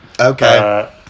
Okay